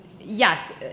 yes